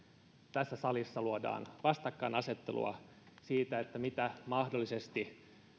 tässä salissa luodaan vastakkainasettelua siitä mitä mahdollisesti